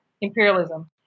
imperialism